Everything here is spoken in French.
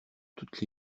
toutes